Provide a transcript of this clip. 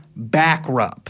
Backrub